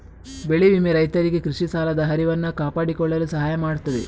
ಬೆಳೆ ವಿಮೆ ರೈತರಿಗೆ ಕೃಷಿ ಸಾಲದ ಹರಿವನ್ನು ಕಾಪಾಡಿಕೊಳ್ಳಲು ಸಹಾಯ ಮಾಡುತ್ತದೆ